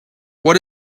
what